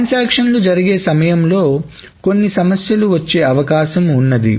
ట్రాన్సాక్షన్లు జరిగే సమయంలో కొన్ని సమస్యలు వచ్చే అవకాశం ఉంది